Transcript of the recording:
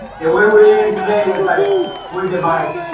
were willing in today is like we divided